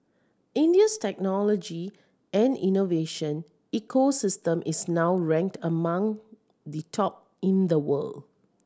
India's technology and innovation ecosystem is now ranked among the top in the world